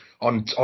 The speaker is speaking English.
on